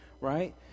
right